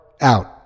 out